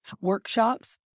workshops